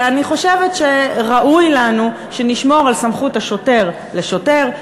אני חושבת שראוי לנו שנשמור על סמכות השוטר לשוטר,